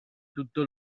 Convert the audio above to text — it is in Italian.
tutto